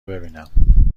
ببینم